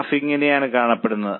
graph ഇങ്ങനെയാണ് കാണപ്പെടുന്നത്